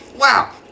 Wow